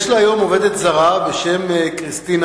יש לה היום עובדת זרה בשם כריסטינה,